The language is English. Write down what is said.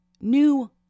new